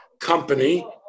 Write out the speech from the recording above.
company